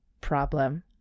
problem